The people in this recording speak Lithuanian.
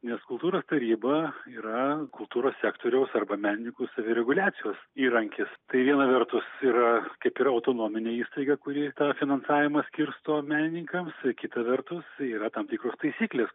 nes kultūros taryba yra kultūros sektoriaus arba menininkų savireguliacijos įrankis tai viena vertus yra kaip ir autonominė įstaiga kuri tą finansavimą skirsto menininkams kita vertus yra tam tikros taisyklės